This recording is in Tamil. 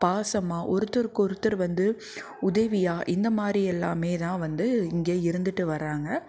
பாசமாக ஒருத்தருக்கொருத்தர் வந்து உதவியாக இந்தமாதிரி எல்லாமே தான் வந்து இங்கே இருந்துட்டு வராங்கள்